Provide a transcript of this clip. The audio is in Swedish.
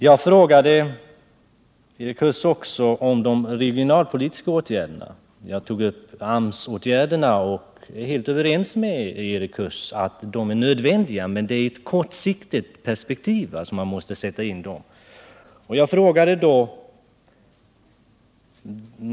Jag frågade Erik Huss också om de regionalpolitiska åtgärderna. Jag tog upp AMS-åtgärderna och är helt överens med Erik Huss om att de är nödvändiga. Men det är kortsiktiga åtgärder.